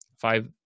five